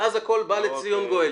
ואז בא לציון גואל.